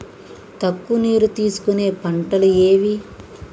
తక్కువ నీరు తీసుకునే పంటలు ఏవి?